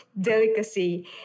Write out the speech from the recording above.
delicacy